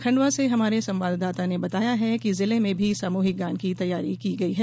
खंडवा से हमारे संवाददाता ने बताया है कि जिले में भी सामूहिक गान की तैया की गई है